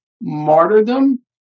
martyrdom